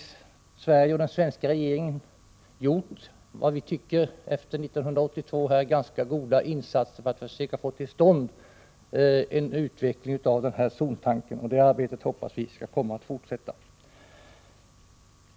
Sverige och den svenska regeringen har efter 1982 gjort efter vad vi tycker ganska goda insatser för att söka få till stånd en utveckling av zontanken. Det arbetet hoppas vi kommer att fortsätta.